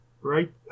right